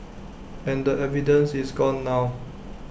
and the evidence is gone now